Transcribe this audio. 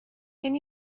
can